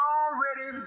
already